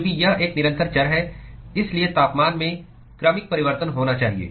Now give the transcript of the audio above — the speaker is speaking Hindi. चूंकि यह एक निरंतर चर है इसलिए तापमान में क्रमिक परिवर्तन होना चाहिए